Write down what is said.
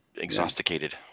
exhausted